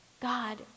God